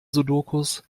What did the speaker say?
sudokus